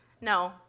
No